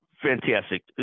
Fantastic